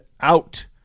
out